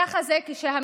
ככה זה כשהמדינה,